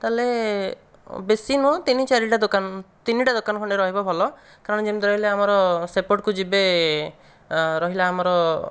ତାହେଲେ ବେଶି ନୁହଁ ତିନି ଚାରିଟା ଦୋକାନ ତିନିଟା ଦୋକାନ ଖଣ୍ଡେ ରହିବ ଭଲ କାରଣ ଯେମିତି ରହିଲା ଆମର ସେପଟକୁ ଯିବେ ରହିଲା ଆମର